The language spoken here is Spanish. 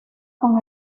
con